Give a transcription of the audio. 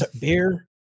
beer